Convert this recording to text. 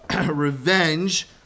revenge